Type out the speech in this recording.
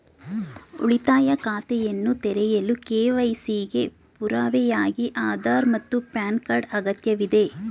ಉಳಿತಾಯ ಖಾತೆಯನ್ನು ತೆರೆಯಲು ಕೆ.ವೈ.ಸಿ ಗೆ ಪುರಾವೆಯಾಗಿ ಆಧಾರ್ ಮತ್ತು ಪ್ಯಾನ್ ಕಾರ್ಡ್ ಅಗತ್ಯವಿದೆ